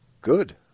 Good